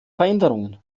veränderungen